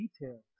details